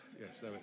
yes